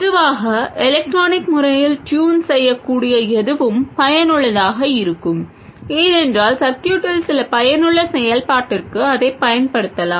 பொதுவாக எலக்ட்ரானிக் முறையில் டியூன் செய்யக்கூடிய எதுவும் பயனுள்ளதாக இருக்கும் ஏனென்றால் சர்க்யூட்டில் சில பயனுள்ள செயல்பாட்டிற்கு அதைப் பயன்படுத்தலாம்